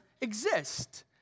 exist